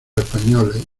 españoles